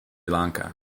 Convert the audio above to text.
lanka